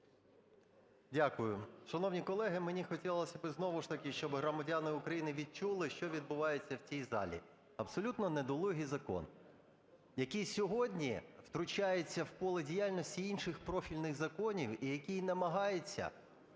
Дякую. Шановні колеги, мені хотілось, аби знову ж таки щоб громадяни відчули, що відбувається в цій залі. Абсолютно недолугий закон, який сьогодні втручається в поле діяльності інших профільних законів і який намагається